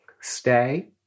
stay